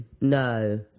No